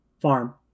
farm